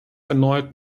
erneut